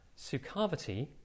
Sukhavati